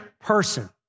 person